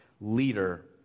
leader